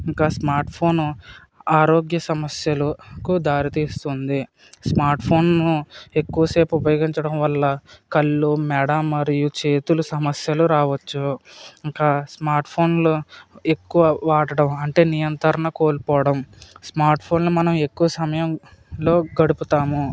ఇంకా smart phone ఆరోగ్య సమస్యలకు దారి తీస్తుంది స్మార్ట్ ఫోన్ను ఎక్కువసేపు ఉపయోగించడం వల్ల కళ్ళు మెడ మరియు చేతులు సమస్యలు రావచ్చు ఇంకా స్మార్ట్ ఫోన్లు ఎక్కువ వాడటం అంటే నియంత్రణ కోల్పోవడం స్మార్ట్ ఫోన్ను మనం ఎక్కువ సమయం గడుపుతాము